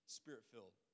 spirit-filled